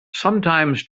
sometimes